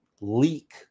leak